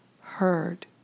heard